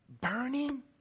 burning